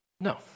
No